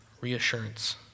reassurance